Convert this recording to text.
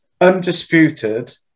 undisputed